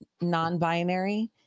non-binary